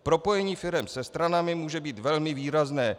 Propojení firem se stranami může být velmi výrazné.